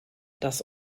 das